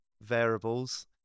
variables